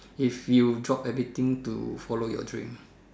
if you drop everything to follow your dream